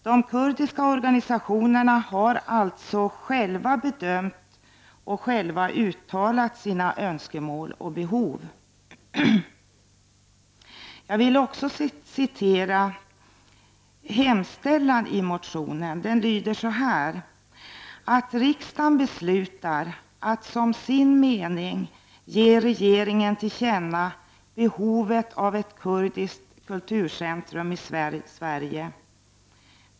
De kurdiska organisationerna har alltså själva bedömt och uttalat sina önskemål och behov. Hemställan i motionen lyder, att riksdagen beslutar att som sin mening ge regeringen till känna behovet av ett kurdiskt kulturcentrum i Sverige.